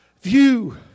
view